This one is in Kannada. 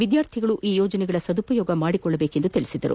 ವಿದ್ಯಾರ್ಥಿಗಳು ಈ ಯೋಜನೆಗಳ ಸದುಪಯೋಗ ಮಾಡಿಕೊಳ್ಳಬೇಕೆಂದು ತಿಳಿಸಿದರು